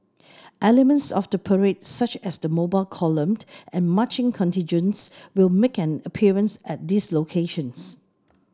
elements of the parade such as the Mobile Column and marching contingents will make an appearance at these locations